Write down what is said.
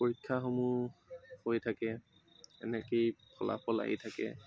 পৰীক্ষাসমূহ হৈ থাকে এনেকেই ফলাফল আহি থাকে